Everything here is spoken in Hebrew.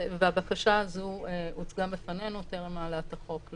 והבקשה הזו הוצגה בפנינו טרם העלאת החוק.